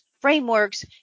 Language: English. frameworks